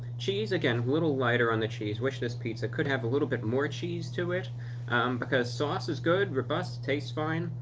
cheese? again a little lighter on the cheese. wish this pizza could have a little bit more cheese to it because sauce is good, robust, tastes fine,